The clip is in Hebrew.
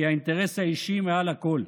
כי האינטרס האישי מעל הכול.